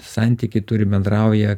santykį turi bendrauja